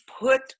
put